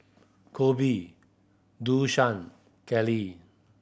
Koby Dosha Kellie